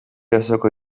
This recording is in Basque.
osoko